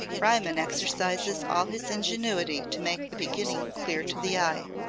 riemann exercises all his ingenuity to make the beginning clear to the eye.